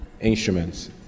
instruments